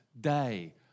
day